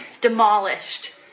demolished